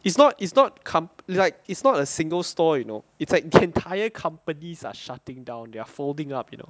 it's not it's not comp~ like it's not a single store you know it's like the entire company are like shutting down they're folding up you know